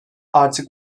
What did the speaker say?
artık